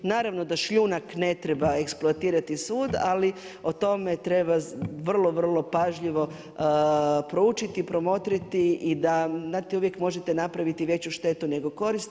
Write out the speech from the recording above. Naravno da šljunak ne treba eksploatirati svuda, ali o tome treba vrlo vrlo pažljivo proučiti, promotriti i da znate uvijek možete napraviti veću štetu nego korist.